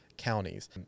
counties